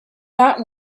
that